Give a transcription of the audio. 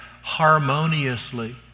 harmoniously